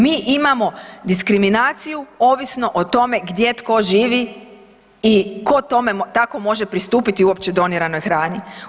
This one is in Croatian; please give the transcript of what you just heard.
Mi imamo diskriminaciju ovisno o tome gdje tko živi i tko tome tako može uopće pristupiti uopće doniranoj hrani.